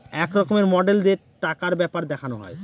এক রকমের মডেল দিয়ে টাকার ব্যাপার দেখানো হয়